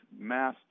mass